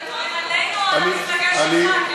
אתה טוען עלינו או על המפלגה שלך,